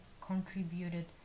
contributed